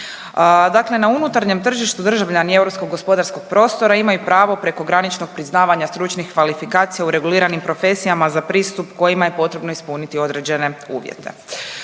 Dakle na unutarnjem tržištu, državljani europskog gospodarskog prostora imaju pravo prekograničnog priznavanja stručnih kvalifikacija u reguliranim profesijama za pristup kojima je potrebno ispuniti određene uvjete.